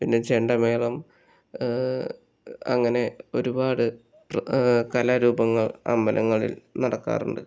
പിന്നെ ചെണ്ടമേളം അങ്ങനെ ഒരുപാട് കലാരൂപങ്ങൾ അമ്പലങ്ങളിൽ നടക്കാറുണ്ട്